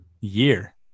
Year